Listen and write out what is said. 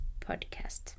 podcast